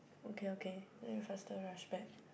okay okay then you faster rush back